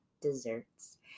desserts